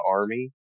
army